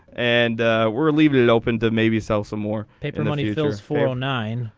and we're leave it it open to maybe sell some more. paper. money to those four nine.